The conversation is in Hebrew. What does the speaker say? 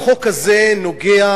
החוק הזה נוגע